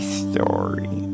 story